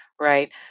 right